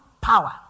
power